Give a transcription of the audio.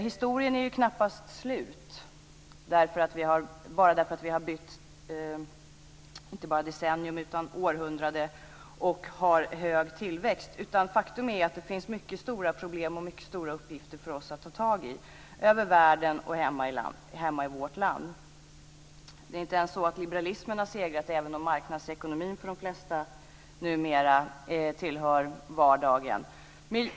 Historien är knappast slut bara därför att vi har bytt inte bara decennium utan också århundrade, och att vi har hög tillväxt. Faktum är att det finns mycket stora problem och mycket stora uppgifter för oss att ta tag i över hela världen och hemma i vårt land. Det är inte ens så att liberalismen har segrat, även om marknadsekonomin för de flesta numera tillhör vardagen.